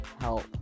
help